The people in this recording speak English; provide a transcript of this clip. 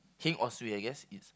heng or suay I guess it's